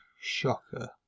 shocker